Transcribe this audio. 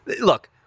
look